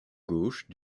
gauche